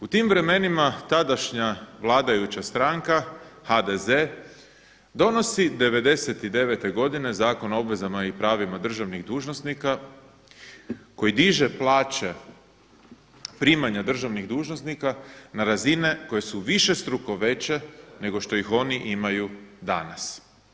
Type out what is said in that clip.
U tim vremenima tadašnja vladajuća stranka HDZ donosi 1999. godine Zakon o obvezama i pravima državnih dužnosnika koji diže plaće, primanja državnih dužnosnika na razine koje su višestruko veće nego što ih oni imaju danas.